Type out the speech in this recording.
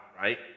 right